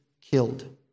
killed